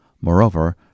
Moreover